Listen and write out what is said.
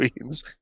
queens